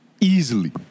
Easily